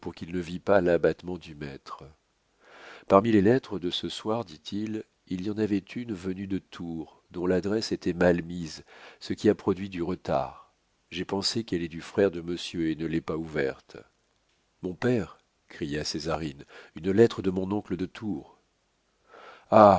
qu'il ne vît pas l'abattement du maître parmi les lettres de ce soir dit-il il y en avait une venue de tours dont l'adresse était mal mise ce qui a produit du retard j'ai pensé qu'elle est du frère de monsieur et ne l'ai pas ouverte mon père cria césarine une lettre de mon oncle de tours ah